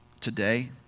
today